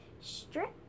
strip